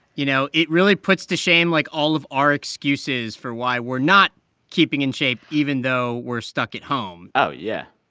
you know, it really puts to shame, like, all of our excuses for why we're not keeping in shape even though we're stuck at home oh, yeah.